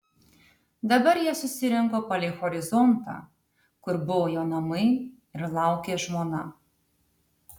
dabar jie susirinko palei horizontą kur buvo jo namai ir laukė žmona